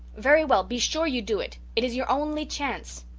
very well, be sure you do it it is your only chance.